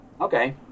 Okay